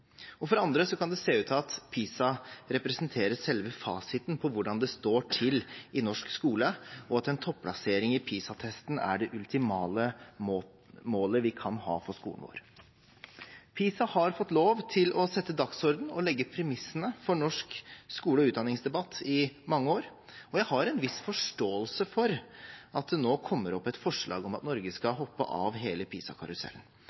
og for andre kan det se ut til at PISA representerer selve fasiten på hvordan det står til i norsk skole, og at en topplassering i PISA-testen er det ultimale målet vi kan ha for skolen vår. PISA har fått lov til å sette dagsorden og legge premissene for norsk skole- og utdanningsdebatt i mange år, og jeg har en viss forståelse for at det nå kommer opp et forslag om at Norge